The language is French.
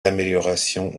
améliorations